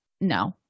No